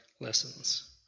lessons